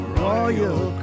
royal